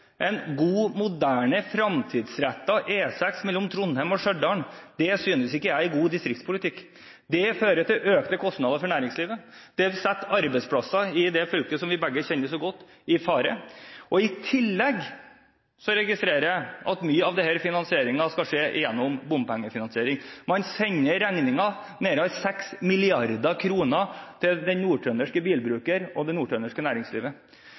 en god, moderne og fremtidsrettet E6 mellom Trondheim og Stjørdal, synes jeg ikke er god distriktspolitikk. Det fører til økte kostnader for næringslivet, og det setter arbeidsplasser – i det fylket vi begge kjenner så godt – i fare. I tillegg registrerer jeg at mye av denne finansieringen skal skje gjennom bompengefinansiering. Man sender regningen, nærmere 6 mrd. kr, til den nordtrønderske bilbrukeren og det nordtrønderske næringslivet.